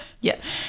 Yes